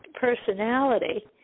personality